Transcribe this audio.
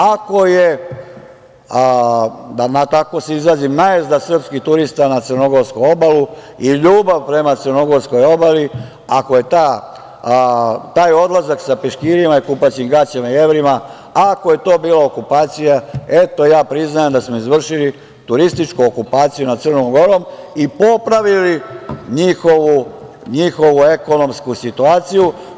Ako je najezda srpskih turista na crnogorsku obalu i ljubav prema crnogorskoj obali, sa peškirima i kupaćim gaćama i evrima, ako je to bila okupacija, eto, ja priznajem da smo izvršili turističku okupaciju nad Crnom Gorom i popravili njihovu ekonomsku situaciju.